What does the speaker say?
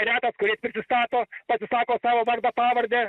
retas kuris prisistato pasisako savo vardą pavardę